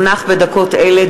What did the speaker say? מונח בדקות אלה,